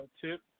tip